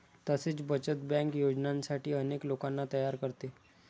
तसेच बचत बँक योजनांसाठी अनेक लोकांना तयार करते